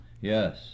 Yes